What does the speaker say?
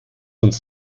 uns